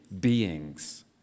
beings